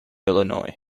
illinois